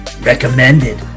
Recommended